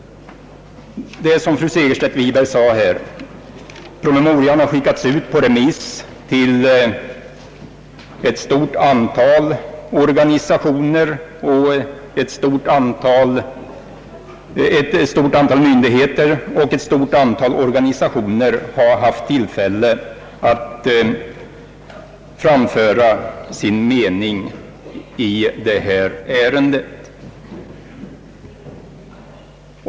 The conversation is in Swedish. Som fru Segerstedt Wiberg sade, har promemorian skickats ut på remiss till ett stort antal myndigheter, och ett stort antal organisationer har haft tillfälle att framföra sin mening i ärendet.